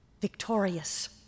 victorious